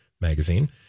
magazine